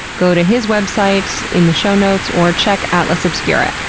go to his website in the show notes or check atlas obscura.